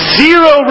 zero